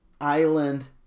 Island